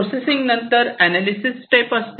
processing नंतर analysis step असते